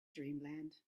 dreamland